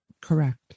Correct